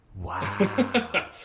Wow